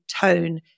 tone